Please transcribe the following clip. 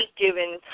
given